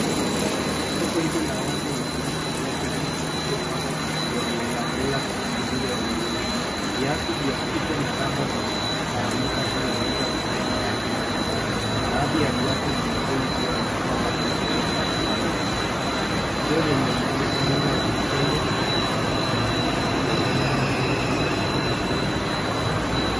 Soko hili la wazi linaonyesha viatu vingi vilivyopagwa kiholelaholela vikisumbiri wanununuzi. Viatu vya kike na rubber vimetawanyika juu ya meza vikiwa na rangi mbali mbali baadhi ya viatu vina bei iliyoadikwa wazi ikionyesha dhamani yake. Nguo zenye muundo wa vitege vimetudikwa nyuma vikiogeza rangi kwenye soko.